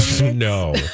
No